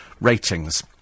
ratings